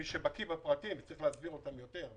ממי שבקי בפרטים, אבל צריך להסביר אותם יותר.